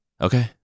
Okay